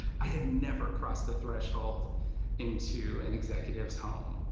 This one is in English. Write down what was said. i had never crossed the threshold into an executive's home.